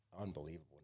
unbelievable